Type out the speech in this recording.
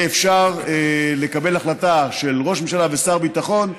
יהיה אפשר לקבל החלטה של ראש ממשלה ושר ביטחון,